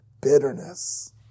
bitterness